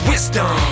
Wisdom